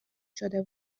شده